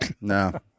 no